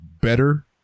better